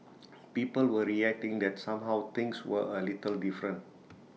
people were reacting that somehow things were A little different